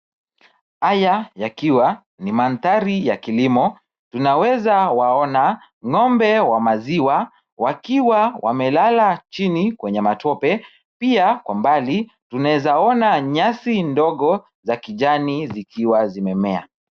Haya yakiwa ni manthari ya kilimo, tunaweza waona ngombe wa maziwa wakiwa wamelala chini, kwenye matope, pia kwa mbali tunaeza ona nyasi ndogo za kijani zikiwa zimemea.